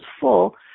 full